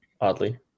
oddly